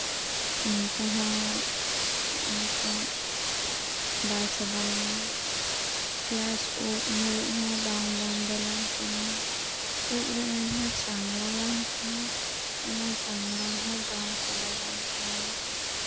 ᱩᱱᱠᱩ ᱦᱚᱸ ᱵᱟᱭ ᱪᱟᱵᱟ ᱞᱮᱱᱟ ᱯᱮᱞᱟᱥ ᱩᱵ ᱧᱩᱨᱦᱩᱜ ᱦᱚᱸ ᱵᱟᱝ ᱵᱚᱱᱫᱚ ᱞᱮᱱ ᱛᱤᱧᱟ ᱩᱵ ᱨᱮ ᱡᱟᱸᱦᱟ ᱪᱟᱝᱲᱟ ᱞᱮᱱ ᱛᱤᱧᱟ ᱚᱱᱟ ᱪᱟᱝᱲᱟ ᱦᱚᱸ ᱵᱟᱝ ᱪᱟᱵᱟ ᱞᱮᱱᱛᱤᱧᱟ